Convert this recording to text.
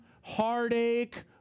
heartache